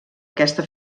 aquesta